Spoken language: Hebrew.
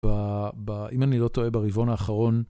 אם אני לא טועה ברבעון האחרון...